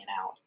out